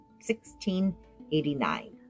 1689